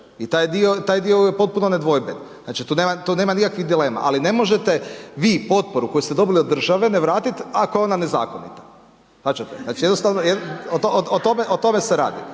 I taj dio je potpuno nedvojben. Znači tu nema nikakvih dilema, ali ne možete vi potporu koju ste dobili od države ne vratiti ako je ona nezakonita. Shvaćate? Znači jednostavno o tome se radi.